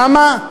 למה?